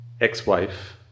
ex-wife